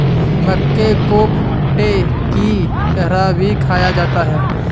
मक्के को भुट्टे की तरह भी खाया जाता है